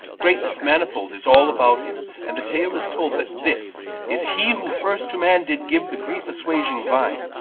greatness manifold is all about him and the tale is told that this is he who first to man did give the grief-assuaging vine.